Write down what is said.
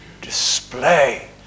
display